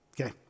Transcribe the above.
Okay